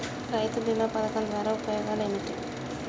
రైతు బీమా పథకం ద్వారా ఉపయోగాలు ఏమిటి?